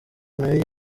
nayo